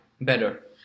better